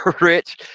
Rich